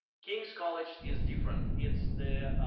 king's college is different. it's the